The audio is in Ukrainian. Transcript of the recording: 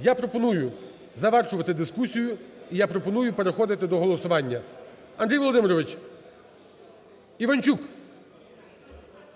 я пропоную завершувати дискусію, і я пропоную переходити до голосування. Андрій Володимирович! Іванчук!